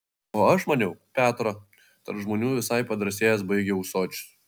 o aš maniau petro tarp žmonių visai padrąsėjęs baigia ūsočius